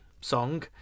song